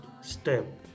step